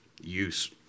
use